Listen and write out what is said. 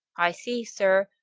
i see, sir,